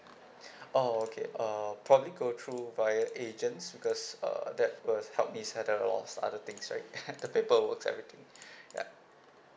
oh okay uh probably go through via agents because uh that will help me settle all other things right the paperworks everything ya